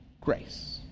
grace